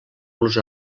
los